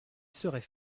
serais